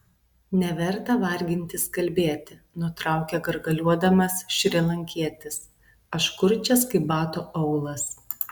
neverta vargintis kalbėti nutraukė gargaliuodamas šrilankietis aš kurčias kaip bato aulas